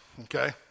okay